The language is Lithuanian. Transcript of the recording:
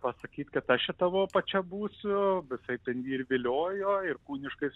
pasakyt kad aš čia tavo pačia būsiu visaip viliojo ir kūniškais